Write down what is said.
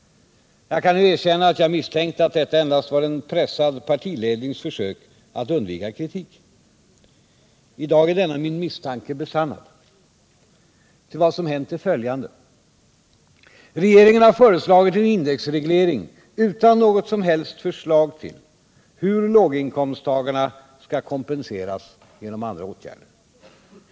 Jag kan nu erkänna att jag misstänkte att detta endast var en pressad partilednings försök att undvika kritik. I dag är denna min misstanke besannad, ty vad som hänt är följande: Regeringen har föreslagit en indexreglering utan något som helst förslag om hur låginkomsttagarna skall kompenseras genom andra åtgärder.